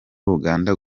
uganda